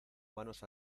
manos